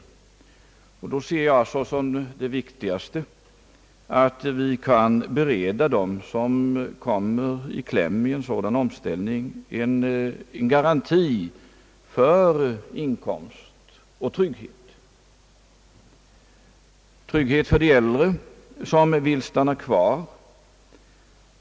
Då ser jag som det viktigaste att vi kan bereda dem, som kommer i kläm vid en sådan omställning, garantier för inkomst och trygghet, även trygghet för de äldre som vill stanna kvar på orten.